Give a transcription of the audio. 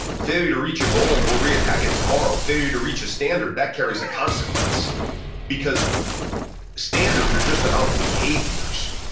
failure to reach a goal, we'll re-attack it tomorrow. failure to reach a standard, that carries a consequence because standards are just about behaviors.